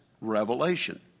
revelation